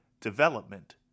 development